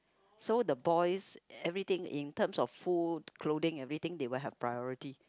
so the boys everything in terms of food clothing everything they will have priority